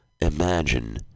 imagine